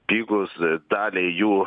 pigūs daliai jų